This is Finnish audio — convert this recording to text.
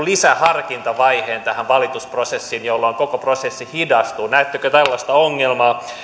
lisäharkintavaiheen tähän valitusprosessiin jolloin koko prosessi hidastuu näettekö tällaista ongelmaa